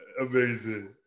Amazing